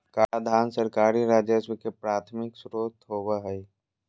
कराधान सरकारी राजस्व के प्राथमिक स्रोत होबो हइ